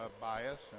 bias